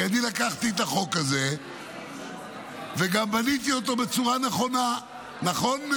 כי אני לקחתי את החוק הזה וגם בניתי אותו בצורה נכונה נכון,